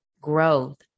growth